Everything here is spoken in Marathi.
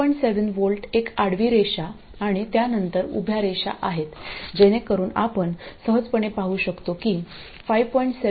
7V एक आडवी रेषा आणि त्या नंतर उभ्या रेषा आहेत जेणेकरुन आपण सहजपणे पाहू शकतो की 5